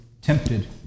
tempted